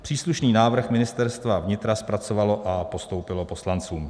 Příslušný návrh Ministerstva vnitra zpracovalo a postoupilo poslancům.